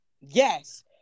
Yes